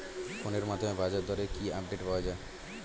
ফোনের মাধ্যমে বাজারদরের কি আপডেট পাওয়া যায়?